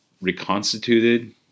reconstituted